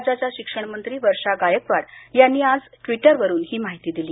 राज्याच्या शिक्षण मंत्री वर्षा गायकवाड यांनी आज ट्विटरवरून ही माहिती दिली